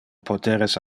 poteres